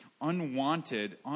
unwanted